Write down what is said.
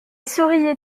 souriait